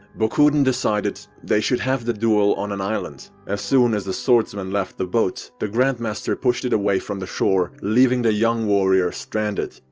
bokuden decided they should have the duel on an island. as soon as the swordsman left the boat, the grandmaster pushed it away from the shore, leaving the young warrior stranded.